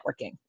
networking